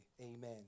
Amen